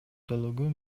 толугу